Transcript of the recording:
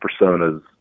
personas